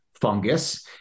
fungus